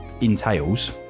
entails